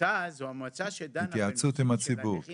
המועצה זו המועצה שדנה --- התייעצות עם הציבור,